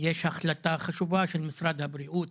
יש החלטה חשובה של משרד הבריאות